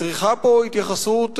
צריכה להיות פה התייחסות רחבה,